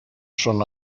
schon